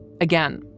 again